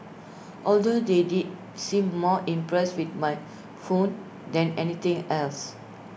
although they did seem more impressed with my phone than anything else